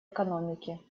экономики